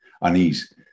unease